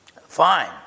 Fine